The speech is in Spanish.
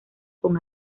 con